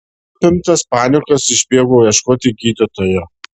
apimtas panikos išbėgau ieškoti gydytojo